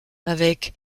avec